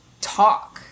talk